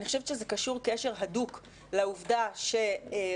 אני חושבת שזה קשור קשר הדוק לעובדה שרוב